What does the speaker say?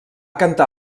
cantar